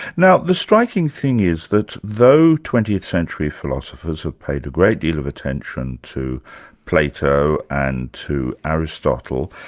now the striking thing is that though twentieth century philosophers have paid a great deal of attention to plato and to aristotle,